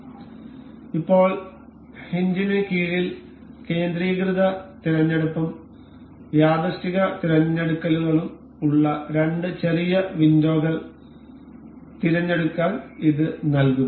അതിനാൽ ഇപ്പോൾ ഹിംഗിന് കീഴിൽ കേന്ദ്രീകൃത തിരഞ്ഞെടുപ്പും യാദൃശ്ചിക തിരഞ്ഞെടുക്കലുകളും ഉള്ള രണ്ട് ചെറിയ വിൻഡോകൾ തിരഞ്ഞെടുക്കാൻ ഇത് നൽകുന്നു